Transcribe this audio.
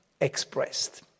expressed